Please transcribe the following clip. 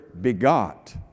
begot